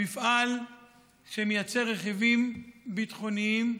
במפעל שמייצר רכיבים ביטחוניים.